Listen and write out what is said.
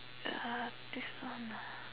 ya this one lah